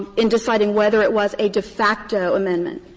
in deciding whether it was a de facto amendment,